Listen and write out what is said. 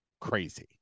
crazy